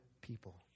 people